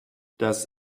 das